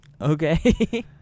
okay